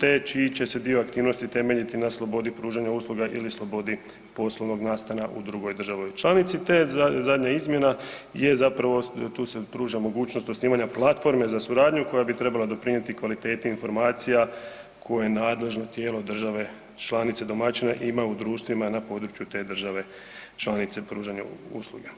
te čiji se dio aktivnosti temeljiti na slobodi pružanja usluga ili slobodi poslovnog nastana u drugoj državi članici te zadnja izmjena je zapravo tu se pruža mogućnost osnivanja platforme za suradnju koja bi trebala doprinijeti kvaliteti informacija koje nadležno tijelo države članice domaćina ima u društvima na području te države članice pružanja usluga.